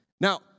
now